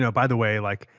so by the way, like,